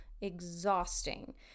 exhausting